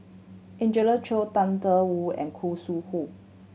Angelina Choy Tang Da Wu and Khoo Sui Hoe